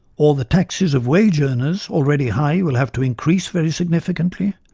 or the taxes of wage-earners, already high, will have to increase very significantly,